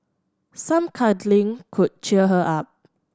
some cuddling could cheer her up